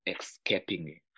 escaping